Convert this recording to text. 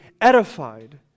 edified